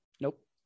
Nope